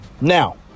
Now